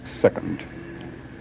second